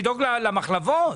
לדאוג למחלבות?